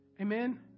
amen